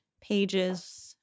pages